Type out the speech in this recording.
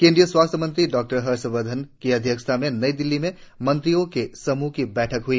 केंद्रीय स्वास्थ्य मंत्री डॉ हर्षवर्धन की अध्यक्षता में नई दिल्ली में मंत्रियों के समूह की बैठक हई